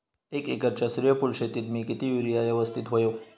एक एकरच्या सूर्यफुल शेतीत मी किती युरिया यवस्तित व्हयो?